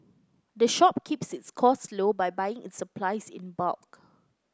the shop keeps its costs low by buying its supplies in bulk